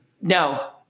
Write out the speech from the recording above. no